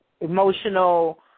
emotional –